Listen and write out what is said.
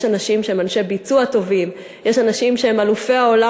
יש אנשים שהם אנשי ביצוע טובים,